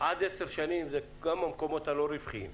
עד עשר שנים אלה גם המקומות הלא רווחיים,